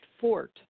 fort